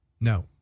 No